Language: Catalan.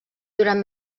durant